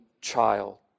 child